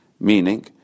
Meaning